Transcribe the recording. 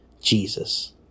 Jesus